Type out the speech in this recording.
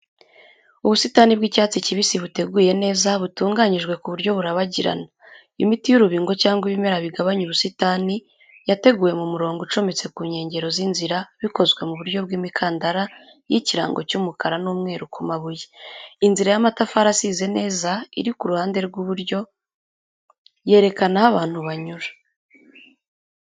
Ubusitani bw'icyatsi kibisi buteguye neza, butunganyijwe ku buryo burabagirana. Imiti y’urubingo cyangwa ibimera bigabanya ubusitani yateguwe mu murongo ucometse ku nkengero z’inzira, bikozwe mu buryo bw’imikandara y’ikirango cy’umukara n’umweru ku mabuye. Inzira y’amatafari asize neza iri ku ruhande rw’iburyo yerekana aho abantu banyura.